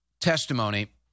testimony